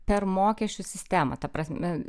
per mokesčių sistemą ta prasme